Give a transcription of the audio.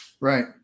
Right